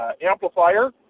amplifier